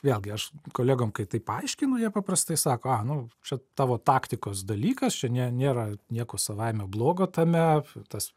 vėlgi aš kolegom tai paaiškinu jie paprastai sako a nu čia tavo taktikos dalykas čia nė nėra nieko savaime blogo tame tas